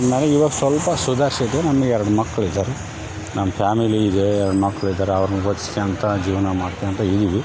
ನನಗೆ ಇವಾಗ ಸ್ವಲ್ಪ ಸುಧಾರ್ಸಿದ್ದು ನಮಗೆ ಎರಡು ಮಕ್ಳು ಇದ್ದಾರೆ ನಮ್ಮ ಫ್ಯಾಮಿಲಿ ಇದೆ ಎರಡು ಮಕ್ಳು ಇದ್ದಾರೆ ಅವ್ರನ್ನ ಓದಿಸ್ಕೋಳ್ತ ಜೀವನ ಮಾಡ್ಕೋಳ್ತ ಇದ್ದೀವಿ